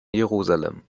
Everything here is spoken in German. jerusalem